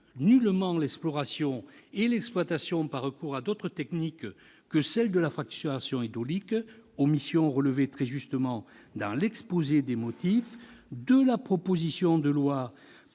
nullement l'exploration et l'exploitation par recours à d'autres techniques que celle de la fracturation hydraulique, omission relevée très justement dans l'exposé des motifs d'une proposition de loi